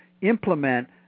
implement